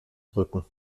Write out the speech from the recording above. drücken